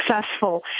successful